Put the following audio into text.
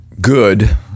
good